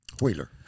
Wheeler